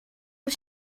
was